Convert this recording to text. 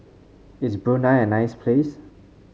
is Brunei a nice place